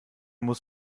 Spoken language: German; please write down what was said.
muss